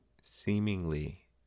seemingly